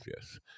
Yes